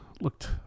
Looked